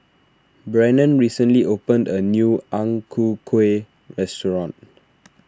Brennen recently opened a new Ang Ku Kueh restaurant